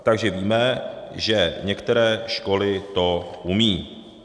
Takže víme, že některé školy to umějí.